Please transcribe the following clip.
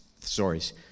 stories